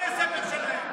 לסדר פעם ראשונה.